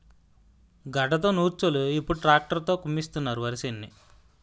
గడ్డతో నూర్చోలు ఇప్పుడు ట్రాక్టర్ తో కుమ్మిస్తున్నారు వరిసేనుని